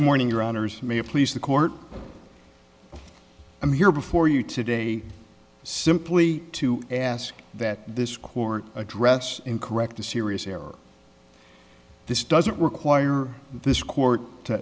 morning your honour's may please the court i'm here before you today simply to ask that this court address in correct a serious error this doesn't require this court to